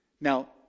Now